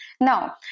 Now